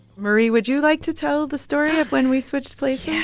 marie, would you like to tell the story of when we switched places? yeah,